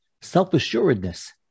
self-assuredness